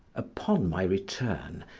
upon my return,